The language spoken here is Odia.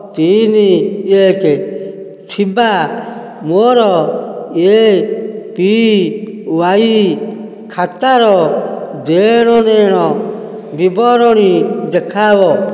ତିନି ଏକ ଥିବା ମୋ'ର ଏପିୱାଇ ଖାତାର ଦେଣନେଣ ବିବରଣୀ ଦେଖାଅ